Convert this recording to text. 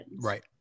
Right